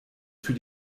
für